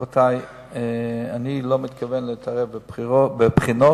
רבותי: אני לא מתכוון להתערב בבחינות.